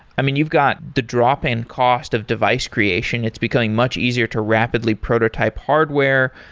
i mean, you've got the drop-in cost of device creation. it's becoming much easier to rapidly prototype hardware.